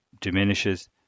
diminishes